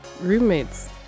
roommates